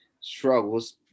struggles